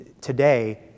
Today